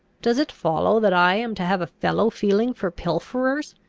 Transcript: does it follow that i am to have a fellow-feeling for pilferers,